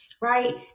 Right